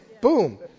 boom